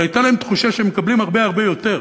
אבל הייתה להם תחושה שהם מקבלים הרבה הרבה יותר.